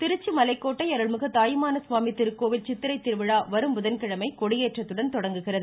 கோவில் திருச்சி மலைக்கோட்டை அருள்மிகு தாயுமானவர் சுவாமி திருக்கோவில் சித்திரை திருவிழா வரும் புதன்கிழமை கொடியேற்றத்துடன் தொடங்குகிறது